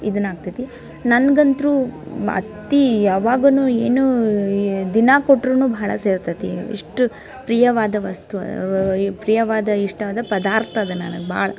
ಇದನ್ನು ಆಗ್ತದೆ ನನ್ಗಂತೂ ಅತ್ತೆ ಯಾವಾಗ ಏನು ದಿನ ಕೊಟ್ಟರೂ ಭಾಳ ಸೇರ್ತದೆ ಇಷ್ಟು ಪ್ರಿಯವಾದ ವಸ್ತು ವ ಪ್ರಿಯವಾದ ಇಷ್ಟವಾದ ಪದಾರ್ಥ ಅದು ನನಗೆ ಭಾಳ